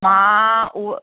मां उहा